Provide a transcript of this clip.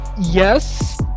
yes